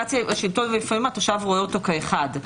לפעמים התושב רואה אותו כאחד.